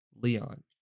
Leon